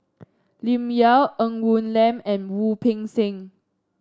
Lim Yau Ng Woon Lam and Wu Peng Seng